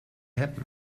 happen